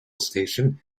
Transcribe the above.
station